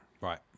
right